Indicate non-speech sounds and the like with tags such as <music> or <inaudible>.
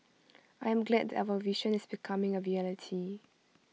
<noise> I am glad that our vision is becoming A reality